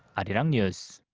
arirang news.